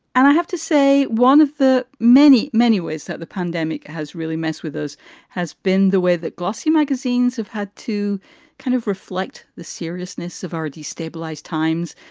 and i have to say one of the many, many ways that the pandemic has really messed with us has been the way that glossy magazines have had to kind of reflect the seriousness of our destabilised times.